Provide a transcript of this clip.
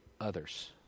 others